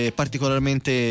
particolarmente